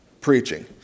preaching